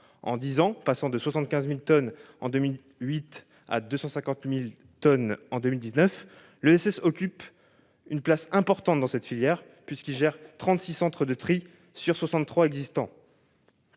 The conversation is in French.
ans et sont passés de 75 000 tonnes en 2008 à 250 000 tonnes en 2019. L'ESS occupe une place importante dans cette filière puisqu'elle gère 36 centres de tri sur les 63 existants.